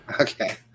Okay